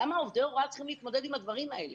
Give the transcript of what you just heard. למה עובדי הוראה צריכים להתמודד עם הדברים האלה?